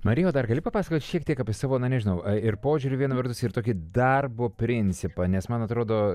marija o dar gali papasakot šiek tiek apie savo na nežinau ir požiūrį viena vertus ir tokį darbo principą nes man atrodo